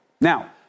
Now